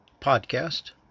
podcast